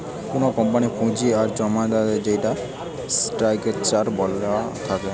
কুনো কোম্পানির পুঁজি জমাবার যেইটা স্ট্রাকচার থাকে